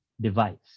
device